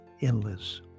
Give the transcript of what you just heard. endless